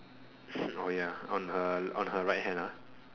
oh ya on her on her right hand ah